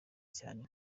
cyane